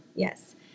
Yes